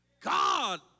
God